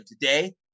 today